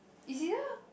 is either